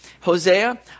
Hosea